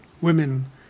women